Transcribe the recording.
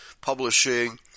publishing